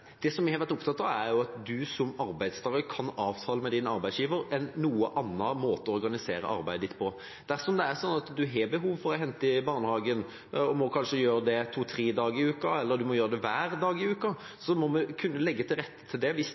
Det som vi har vært opptatt av, er at en som arbeidstager kan avtale med arbeidsgiver en noe annen måte å organisere arbeidet sitt på. Dersom det er sånn at en har behov for å hente i barnehagen, og en kanskje må gjøre det to–tre dager i uka – eller hver dag i uka – må vi kunne legge til rette for det, hvis